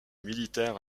militaire